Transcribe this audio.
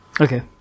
Okay